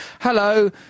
Hello